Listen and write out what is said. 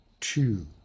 two